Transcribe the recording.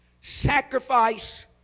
sacrifice